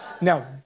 Now